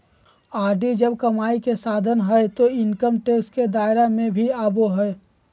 RD जब कमाई के साधन हइ तो इनकम टैक्स के दायरा में भी आवो हइ